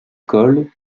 colle